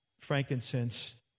frankincense